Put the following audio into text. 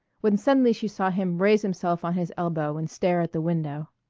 when suddenly she saw him raise himself on his elbow and stare at the window.